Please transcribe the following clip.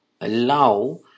allow